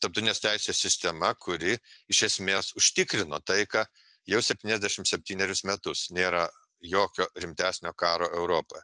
tarptautinės teisės sistema kuri iš esmės užtikrino taiką jau septyniasdešim septynerius metus nėra jokio rimtesnio karo europoj